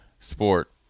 sport